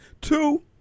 Two